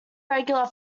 regular